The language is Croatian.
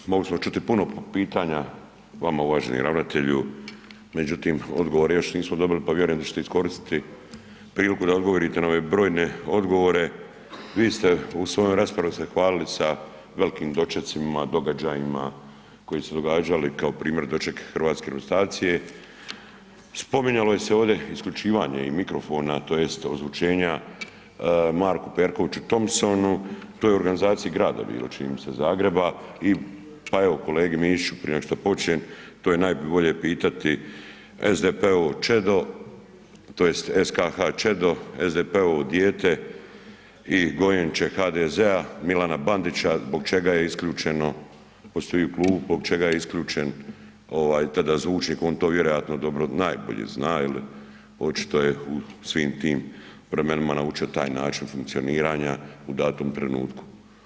Evo, mogli smo čuti puno pitanja vama uvaženi ravnatelju, međutim odgovore još nismo dobili pa vjerujem da ćete iskoristiti priliku da odgovorite na ove brojne odgovore, vi ste u svojoj raspravi se hvalili sa velikim dočecima, događajima koji su se događali kao primjer doček hrvatske reprezentacije, spominjalo se ovdje isključivanje i mikrofona tj. ozvučenja Marku Perkoviću Thompsonu, to je u organizaciji grada bilo, čini mi se Zagreba i pa evo, kolegi Mišiću prije nego što počnem, to je najbolje pitati SDP-ovo čedo, tj. SKH čedo, SDP-ovo dijete i gojenče HDZ-a Milana Bandića, zbog čega je isključeno, ... zbog čega je isključen tada zvučnik, on to vjerojatno dobro, najbolje zna jer očito je u svim tim vremenima naučio taj način funkcioniranja u datom trenutku.